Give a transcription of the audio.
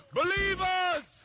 believers